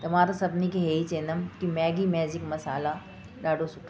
त मां त सभिनी खे ईअं ई चवंदमि की मैगी मैज़िक मसाल्हा ॾाढो सुठो आहे